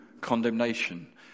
condemnation